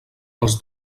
els